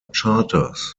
charters